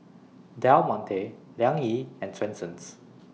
Del Monte Liang Yi and Swensens